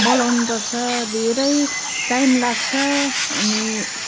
बोलाउनु पर्छ धेरै टाइम लाग्छ अनि